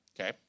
Okay